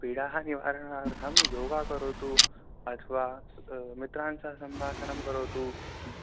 पीडायाः निवारणार्थं योगां करोतु अथवा मित्रेण सह सम्भाषणं करोतु